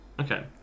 Okay